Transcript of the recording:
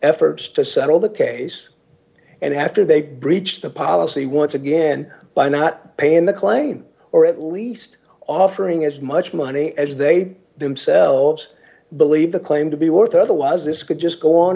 efforts to settle the case and after they breach the policy once again by not paying the claim or at least offering as much money as they themselves believe the claim to be worth otherwise this could just go on